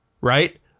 Right